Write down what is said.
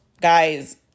guys